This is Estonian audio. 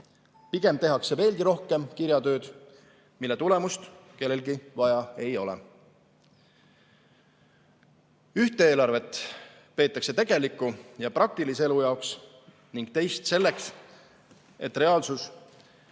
Pigem tehakse veelgi rohkem kirjatööd, mille tulemust kellelgi vaja ei ole. Ühte eelarvet peetakse tegeliku ja praktilise elu jaoks ning teist selleks, et reaalsus